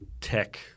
tech